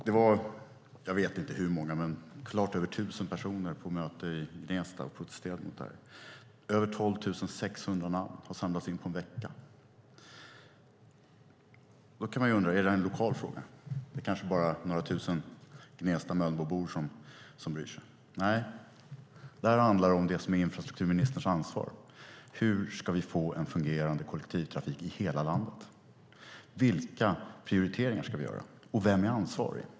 Det var över 1 000 personer som protesterade mot detta på mötet i Gnesta, och fler än 12 600 namn har samlats in på en vecka. Är detta en lokal fråga? Är det kanske bara några tusen Gnesta och Mölnbobor som bryr sig? Nej, detta handlar om det som är infrastrukturministerns ansvar, nämligen hur vi ska få en fungerande kollektivtrafik i hela landet. Vilka prioriteringar ska vi göra? Vem är ansvarig?